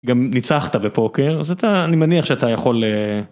גם ניצחת בפוקר אז אתה אני מניח שאתה יכול...